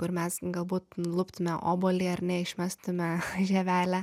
kur mes galbūt nuluptume obuolį ar ne išmestume žievelę